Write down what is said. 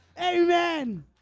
Amen